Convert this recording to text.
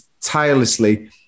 tirelessly